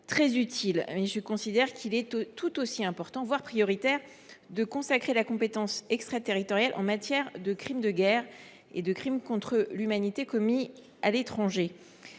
Toutefois, je considère qu’il est tout aussi important, voire prioritaire de consacrer la compétence extraterritoriale en matière de crimes de guerre et de crimes contre l’humanité commis à l’étranger.